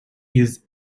use